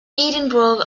edinburgh